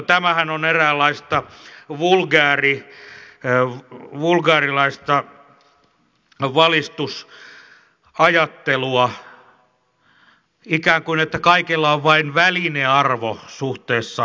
tämähän on eräänlaista vulgaaria valistusajattelua ikään kuin että kaikilla on vain välinearvo suhteessa talouteen